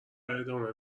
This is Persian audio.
ادامه